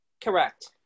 Correct